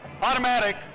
Automatic